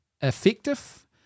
effective